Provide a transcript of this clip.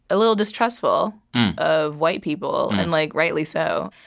a little distrustful of white people and, like, rightly so.